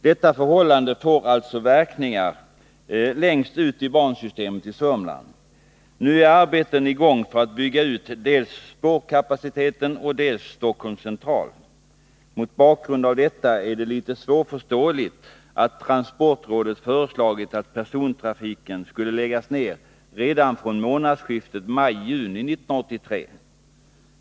Detta förhållande får alltså verkningar längst ut i bansystemet i Sörmland. Nu är arbeten i gång för att bygga ut dels spårkapaciteten, dels Stockholms central. Mot bakgrund av detta är det litet svårförståeligt att transportrådet föreslagit att persontrafiken skall läggas ned redan från månadsskiftet maj-juni 1983.